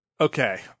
Okay